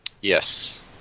Yes